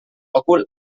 òcul